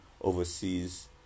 overseas